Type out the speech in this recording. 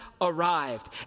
arrived